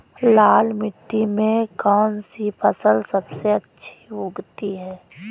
लाल मिट्टी में कौन सी फसल सबसे अच्छी उगती है?